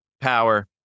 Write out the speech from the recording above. power